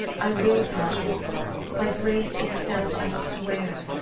i will tell truth by grace itself i swear.